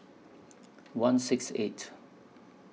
one six eight